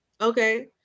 Okay